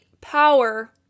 power